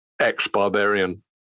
ex-barbarian